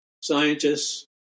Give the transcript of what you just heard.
scientists